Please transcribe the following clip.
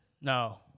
No